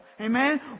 Amen